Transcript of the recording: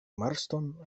marston